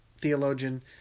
theologian